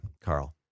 Carl